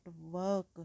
work